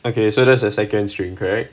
okay so that's the second string correct